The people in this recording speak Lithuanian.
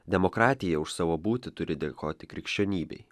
demokratija už savo būtį turi dėkoti krikščionybei